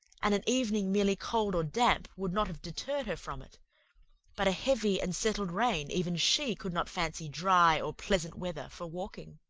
and an evening merely cold or damp would not have deterred her from it but a heavy and settled rain even she could not fancy dry or pleasant weather for walking.